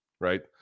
right